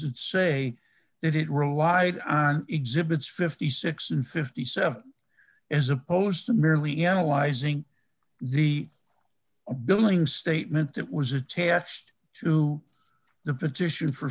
it say that it relies on exhibits fifty six and fifty seven as opposed to merely analyzing the billing statement that was attached to the petition for